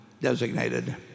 designated